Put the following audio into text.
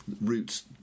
Root's